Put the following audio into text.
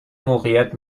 موقعیت